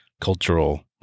cultural